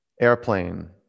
Airplane